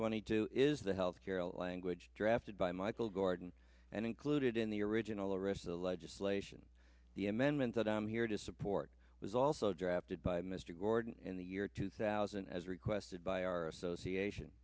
twenty two is the health care language drafted by michael gordon and included in the original rest of the legislation the amendment that i'm here to support was also drafted by mr gordon in the year two thousand as requested by our association